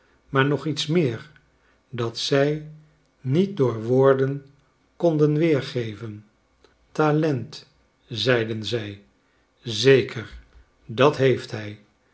maar nog iets meer dat zij niet door woorden konden weergeven talent zeiden zij zeker dat heeft hij